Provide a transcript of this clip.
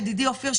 ידידי אופיר,